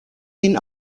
den